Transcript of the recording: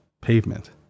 pavement